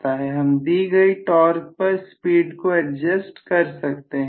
हम दी गई टॉर्क पर स्पीड को एडजेस्ट कर सकते हैं